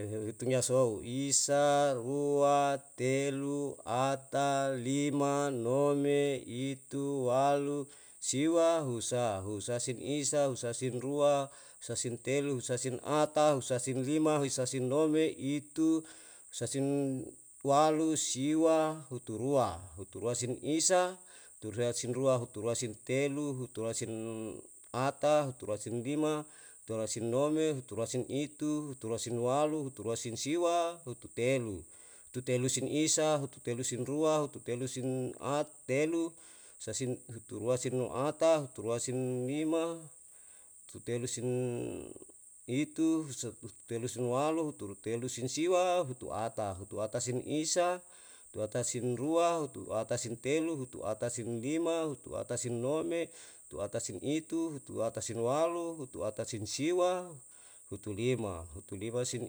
Eu hitung ya sou isa rua telu ata lima nome itu walu siwa husa. husa sin isa husa sin rua husa sin telu husa sin ata husa sin lima husa sin nome itu husa sin walu siwa hutu rua. hutu rua sin isa hutu rua sin rua hutu rua sin telu hutu rua sin ata hutu rua sin ata hutu rua sin lima hutu rua sin nome hutu rua sin itu hutu rua sin walu hutu rua sin siwa hutu telu. hutu telu sin isa hutu telu sin rua hutu telu sin ata hutu rua sin lima hutu telu sin itu hutu telu sin walu hutu telu sin siwa hutu ata. hutu ata sin isa hutu ata sin rua hutu ata sin telu hutu ata sin lima hutu ata sin nome hutu ata sin itu hutu ata sin walu hutu ata sin siwa hutu lima. hutu lima sin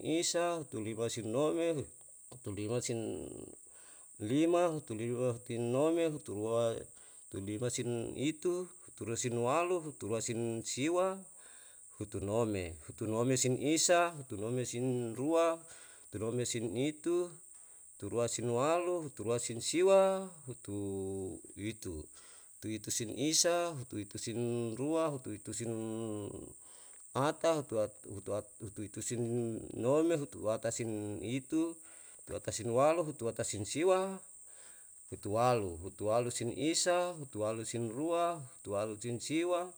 isa hutu lima sin nome hutu lima sin lima hutu lima hutun nome hutu rua hutu lima sin itu hutu rua sin walu hutu rua sin siwa hutu nome. hutu nome sin isa hutu nome sin rua hutu nome sin itu hutu rua sin walu hutu rua sin siwa hutu itu. hutu itu sin isa hutu itu sin rua hutu itu sin ata hutu hutu itu sin nome hutu ata sin itu hutu ata sin walu hutu ata sin siwa hutu walu. hutu walu sin isa hutu walu sin rua hutu walu sin siwa